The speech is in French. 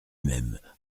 même